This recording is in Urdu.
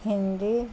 ہندی